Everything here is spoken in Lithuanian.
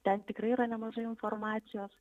ten tikrai yra nemažai informacijos